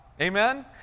Amen